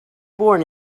born